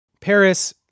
Paris